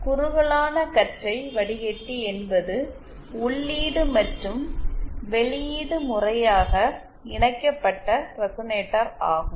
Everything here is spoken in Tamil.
குறுகலானகற்றை வடிக்கட்டி என்பது உள்ளீடு மற்றும் வெளியீடு முறையாக இணைக்கப்பட்ட ரெசனேட்டர் ஆகும்